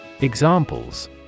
Examples